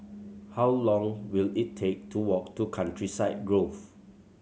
how long will it take to walk to Countryside Grove